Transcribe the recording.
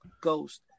ghost